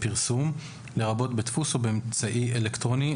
"פרסום" לרבות בדפוס או באמצעי אלקטרוני,